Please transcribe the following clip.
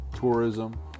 tourism